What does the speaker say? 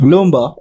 Lumba